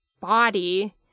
body